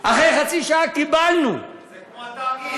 אחרי חצי שעה קיבלנו, זה כמו התאגיד.